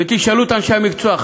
ותשאלו את אנשי המקצוע,